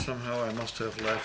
somehow i must have le